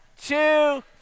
two